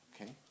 Okay